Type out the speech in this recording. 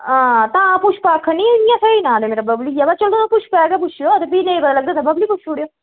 हां तां पुष्पा आक्खै नी इ'यां स्हेई नांऽ मेरा बबली ऐ पर चलो पुष्पा गै पुच्छेओ ते भी नेईं पता लग्गग ते बबली पुच्छी ओड़ेओ